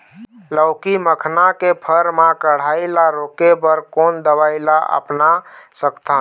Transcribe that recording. लाउकी मखना के फर मा कढ़ाई ला रोके बर कोन दवई ला अपना सकथन?